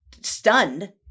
stunned